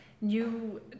new